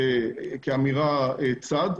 זה כאמירת צד.